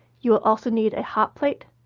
you will also need a hot plate,